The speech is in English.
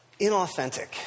inauthentic